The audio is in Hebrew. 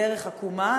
בדרך עקומה,